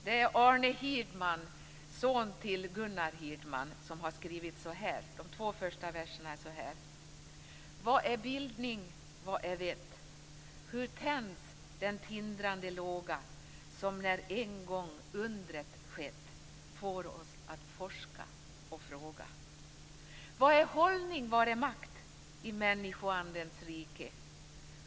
Det är Arne Hirdman, son till Gunnar Hirdman, som har skrivit dikten. Så här lyder de två första verserna: Vad är bildning? Vad är vett? Hur tänds den tindrande låga som när en gång undret skett får oss att forska och fråga? Vad är hållning vad är makt i människoandens rike?